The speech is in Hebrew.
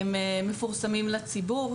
הם מפורסמים לציבור.